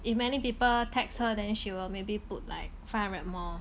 if many people text her then she will maybe put like five hundred more